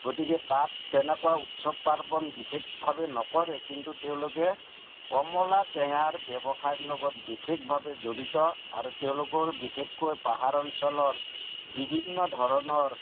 গতিকে তাত তেনেকুৱা উৎসৱ পাৰ্বণ বিশেষভাৱে নকৰে কিন্তু তেওঁলোকে কমলা টেঙাৰ ব্যৱসায়ৰ লগত বিশেষভাৱে জড়িত আৰু তেওঁলোকৰ বিশেষকৈ পাহাৰ অঞ্চলৰ বিভিন্ন ধৰণৰ